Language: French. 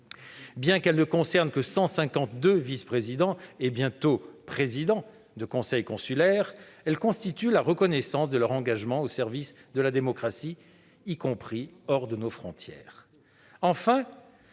Bien qu'elle ne concerne que 152 vice-présidents et- bientôt -présidents de conseil consulaire, elle constitue la reconnaissance de leur engagement au service de la démocratie, y compris hors de nos frontières.